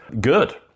good